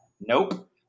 Nope